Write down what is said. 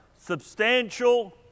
substantial